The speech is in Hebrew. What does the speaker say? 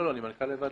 אני מנכ"ל לבד.